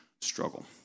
struggle